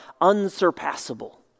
unsurpassable